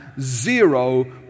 zero